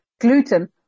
gluten